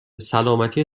سلامتی